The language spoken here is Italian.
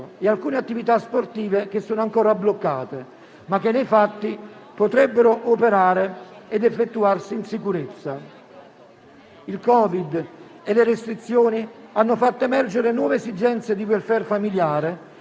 e alcune attività sportive che sono ancora bloccate, ma che nei fatti potrebbero operare ed effettuarsi in sicurezza. Il Covid e le restrizioni hanno fatto emergere nuove esigenze di *welfare* familiare